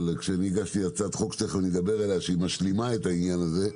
אבל כשהגשתי הצעת חוק שמשלימה את העניין הזה,